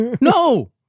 No